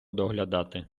доглядати